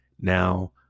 now